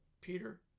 Peter